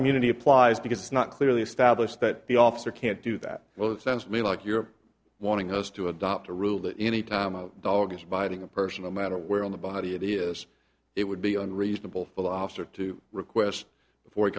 immunity applies because it's not clearly established that the officer can't do that well it sounds to me like you're wanting us to adopt a rule that any dog biting a person no matter where in the body it is it would be unreasonable for a lobster to request for